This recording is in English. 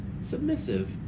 submissive